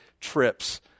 trips